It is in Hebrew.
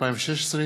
התשע"ז 2016,